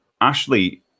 Ashley